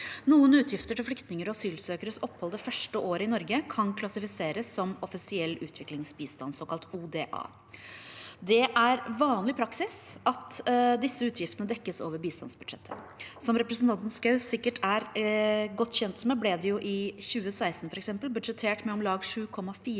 Noen utgifter til flyktninger og asylsøkeres opphold det første året i Norge kan klassifiseres som offisiell utviklingsbistand, såkalt ODA. Det er vanlig praksis at disse utgiftene dekkes over bistandsbudsjettet. Som representanten Schou sikkert er godt kjent med, ble det i 2016 f.eks. budsjettert med om lag 7,4